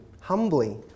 humbly